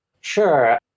Sure